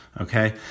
Okay